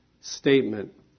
statement